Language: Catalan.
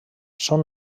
són